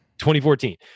2014